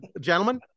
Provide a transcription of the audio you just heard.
Gentlemen